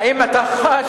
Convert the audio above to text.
האם אתה חש,